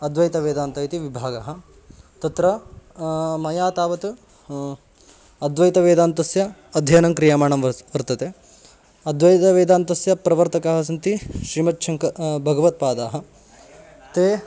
अद्वैतवेदान्तम् इति विभागः तत्र मया तावत् अद्वैतवेदान्तस्य अध्ययनं क्रियमाणं वर् वर्तते अद्वैतवेदान्तस्य प्रवर्तकाः सन्ति श्रीमत् शङ्करः भगवत्पादाः ते